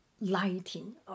lighting